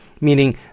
meaning